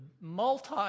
multi